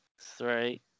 three